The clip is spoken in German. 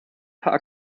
paar